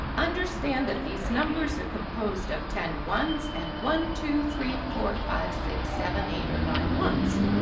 understand that these numbers are composed of ten ones and one, two, three, four, five, six, seven, eight, or nine ones.